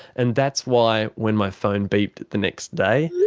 and that's why, when my phone beeped the next day,